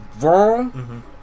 wrong